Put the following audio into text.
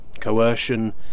coercion